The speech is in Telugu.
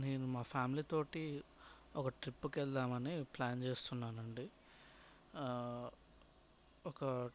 నేను మా ఫ్యామిలీతో ఒక ట్రిప్కి వెళ్దామని ప్లాన్ చేస్తున్నానండి ఒక